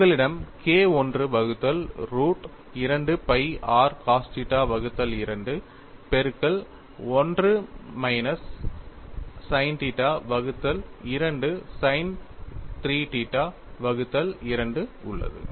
உங்களிடம் K I வகுத்தல் root 2 phi r cos θ வகுத்தல் 2 பெருக்கல் 1 மைனஸ் sin θ வகுத்தல் 2 sin 3θ வகுத்தல் 2 உள்ளது